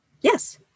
Yes